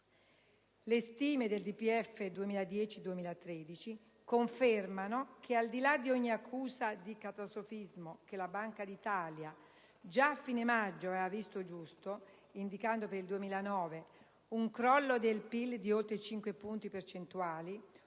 Le stime del DPEF 2010-2013 confermano, al di là di ogni accusa di catastrofismo, che la Banca d'Italia, già a fine maggio, aveva visto giusto, indicando, per il 2009, un crollo del PIL di oltre 5 punti percentuali;